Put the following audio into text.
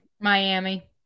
Miami